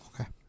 Okay